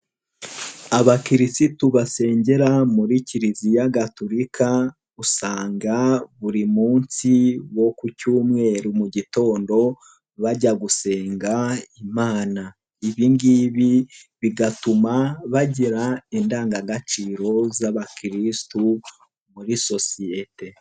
Abakirisitu basengera muri kiriziya Gatulika usanga buri munsi wo ku cyumweru mu gitondo bajya gusenga Imana. Ibi ngibi bigatuma bagira indangagaciro z'abakirisitu muri sosiyete.